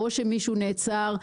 או שמישהו נעצר.